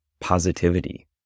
positivity